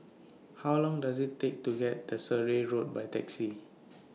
How Long Does IT Take to get to Surrey Road By Taxi